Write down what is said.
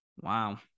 wow